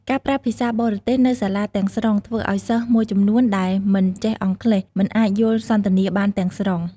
ការប្រើភាសាបរទេសនៅសាលាទាំងស្រុងធ្វើឱ្យសិស្សមួយចំនួនដែលមិនចេះអង់គ្លេស មិនអាចយល់សន្ទនាបានទាំងស្រុង។